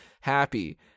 happy